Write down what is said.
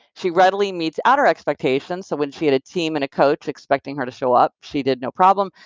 she readily meets outer expectations, so, when she had a team and a coach expecting her to show up, she did, no problem,